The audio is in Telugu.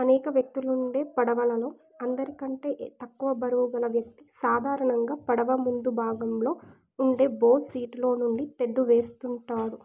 అనేక వ్యక్తులుండే పడవలలో అందరికంటే ఎ తక్కువ బరువుగల వ్యక్తి సాధారణంగా పడవ ముందు భాగంలో ఉండే బో సీటులోనుండి తెడ్డు వేస్తుంటాడు